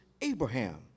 Abraham